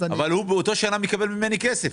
אבל הוא באותה שנה מקבל ממני כסף.